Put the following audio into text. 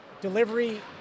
delivery